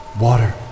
Water